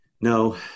No